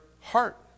heart